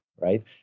right